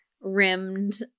rimmed